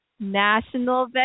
National